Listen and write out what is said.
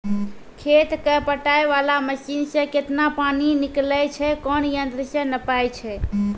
खेत कऽ पटाय वाला मसीन से केतना पानी निकलैय छै कोन यंत्र से नपाय छै